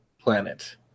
planet